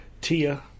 Tia